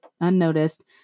unnoticed